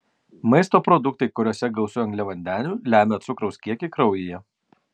maisto produktai kuriuose gausu angliavandenių lemia cukraus kiekį kraujyje